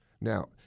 now